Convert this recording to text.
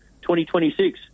2026